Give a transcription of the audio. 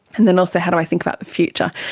and then also how do i think about the future?